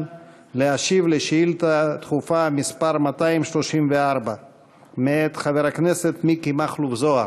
ולהשיב על שאילתה דחופה מס' 234 מאת חבר הכנסת מיקי מכלוף זוהר.